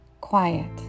quiet